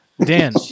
Dan